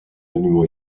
monument